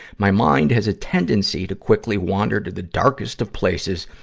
my mind has a tendency to quickly wander to the darkest of places,